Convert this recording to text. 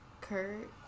Kurt